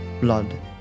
blood